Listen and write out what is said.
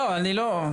חברים, לא אני לא .